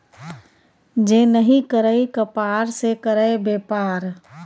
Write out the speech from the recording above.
जे नहि करय कपाड़ से करय बेपार